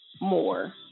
more